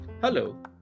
Hello